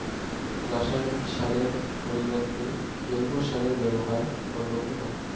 রাসায়নিক সারের পরিবর্তে জৈব সারের ব্যবহার করব কেন?